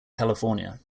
california